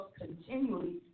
continually